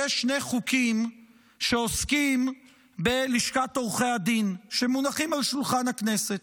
יש שני חוקים שעוסקים בלשכת עורכי הדין ומונחים על שולחן הכנסת.